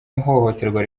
ihohoterwa